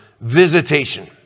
visitation